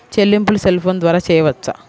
చెల్లింపులు cell phone ద్వారా చేయవచ్చా?